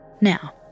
Now